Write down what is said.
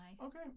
Okay